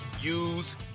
use